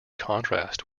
contrast